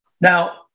Now